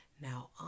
Now